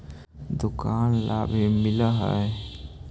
दुकान ला भी मिलहै?